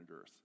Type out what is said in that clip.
Earth